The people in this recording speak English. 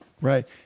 Right